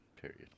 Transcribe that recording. Period